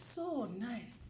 so nice